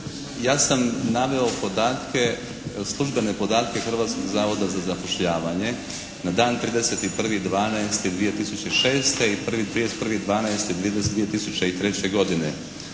ja sam naveo podatke, službene podatke Hrvatskog zavoda za zapošljavanje na dan 31.12.2006. i 31.12.2003. godine.